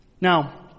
Now